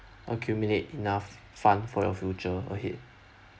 accumulate enough fund for your future ahead